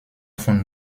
von